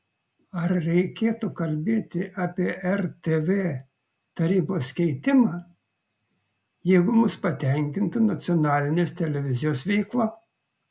ar reikėtų kalbėti apie rtv tarybos keitimą jeigu mus patenkintų nacionalinės televizijos veikla